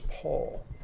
Paul